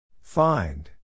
Find